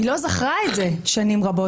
היא לא זכרה את זה שנים רבות.